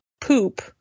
poop